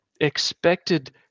expected